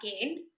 again